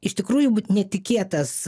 iš tikrųjų būt netikėtas